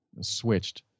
switched